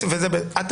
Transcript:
אקבל את